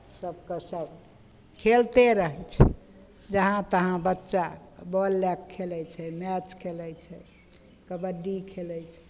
सबके सब खेलते रहय छै जहाँ तहाँ बच्चा बॉल लएके खेलय छै मैच खेलय छै कबड्डी खेलय छै